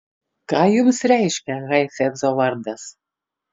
ką jums reiškia heifetzo vardas